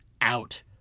out